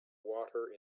water